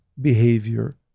behavior